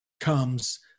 comes